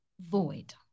void